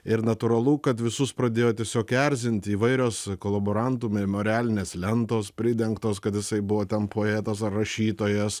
ir natūralu kad visus pradėjo tiesiog erzinti įvairios kolaborantų memorialinės lentos pridengtos kad jisai buvo ten poetas ar rašytojas